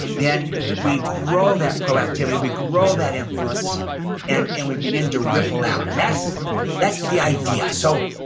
then we grow that proactivity, we grow that influence and and we begin to ripple out, and that's that's the idea. so,